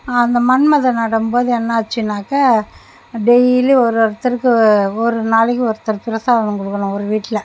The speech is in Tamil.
அந்த மன்மத நடும்போது என்னெனாச்சுன்னாக்க டெய்லி ஒரு ஒருத்தருக்கு ஒரு நாளைக்கு ஒருத்தர் பிரசாதம் கொடுக்குணும் ஒரு வீட்டில்